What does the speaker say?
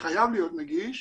חייב להיות נגיש,